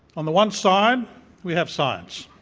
on the one side we have science,